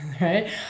right